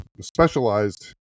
specialized